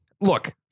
look